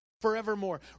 forevermore